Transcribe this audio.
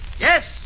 Yes